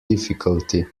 difficulty